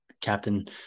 captain